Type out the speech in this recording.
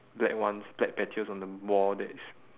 black ones black patches on the ball that is